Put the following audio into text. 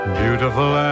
beautiful